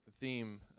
Theme